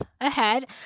ahead